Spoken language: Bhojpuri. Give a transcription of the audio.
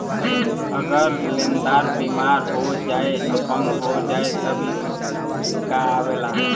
अगर लेन्दार बिमार हो जाए चाहे अपंग हो जाए तब ई कां आवेला